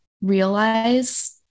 realize